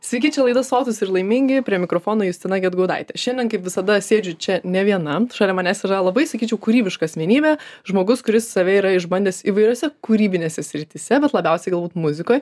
sveiki čia laida sotūs ir laimingi prie mikrofono justina gedgaudaitė šiandien kaip visada sėdžiu čia ne viena šalia manęs yra labai sakyčiau kūrybiška asmenybė žmogus kuris save yra išbandęs įvairiose kūrybinėse srityse bet labiausiai galbūt muzikoj